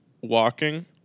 walking